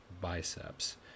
biceps